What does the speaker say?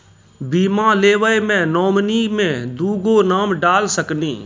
बीमा लेवे मे नॉमिनी मे दुगो नाम डाल सकनी?